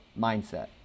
mindset